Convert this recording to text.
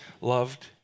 loved